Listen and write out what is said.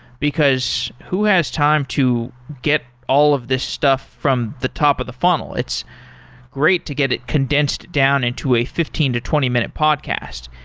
because who has time to get all of these stuff from the top of the funnel? it's great to get it condensed down into a fifteen to twenty minute podcast.